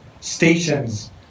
stations